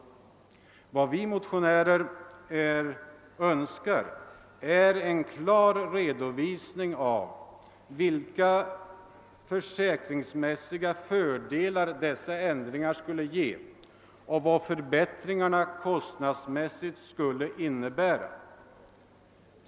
Vi motionärer önskar en klar redovisning av vilka försäkringsmässiga fördelar dessa ändringar skulle ge och vad förbättringarna skulle innebära kostnadsmässigt.